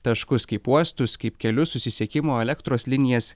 taškus kaip uostus kaip kelius susisiekimo elektros linijas